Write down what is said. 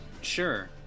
Sure